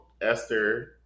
Esther